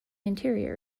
interior